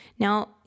Now